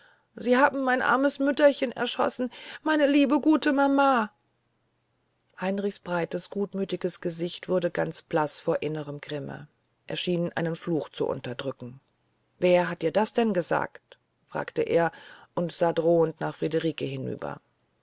sie haben mein armes mütterchen totgeschossen meine liebe gute mama heinrichs breites gutmütiges gesicht wurde ganz blaß vor innerem grimme er schien einen fluch zu unterdrücken wer hat dir denn das gesagt fragte er und sah drohend nach friederike hinüber